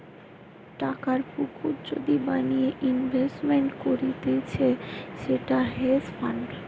টাকার পুকুর যদি বানিয়ে ইনভেস্টমেন্ট করতিছে সেটা হেজ ফান্ড